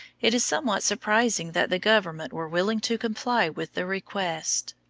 it is somewhat surprising that the government were willing to comply with the request.